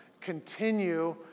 continue